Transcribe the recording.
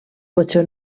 potser